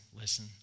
listen